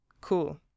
Cool